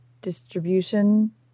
distribution